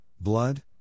blood